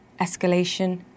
escalation